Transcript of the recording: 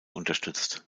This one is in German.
unterstützt